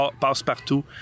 Passepartout